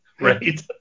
Right